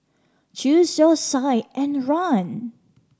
choose your side and run